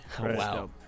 wow